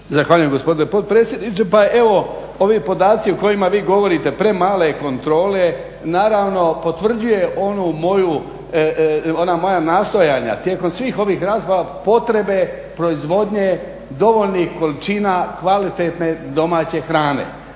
Zahvaljujem gospodine potpredsjedniče. Pa evo ovi podaci o kojima vi govorite, premale kontrole, naravno potvrđuje ona moja nastojanja tijekom svih ovih … potrebe proizvodnje dovoljnih količina kvalitetne domaće hrane